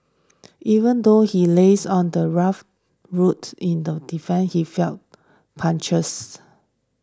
even though he lays on the rough road in them defeat he felt punches